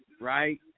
Right